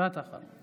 משפט אחרון.